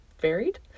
varied